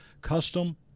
custom